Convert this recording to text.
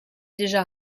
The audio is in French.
déjà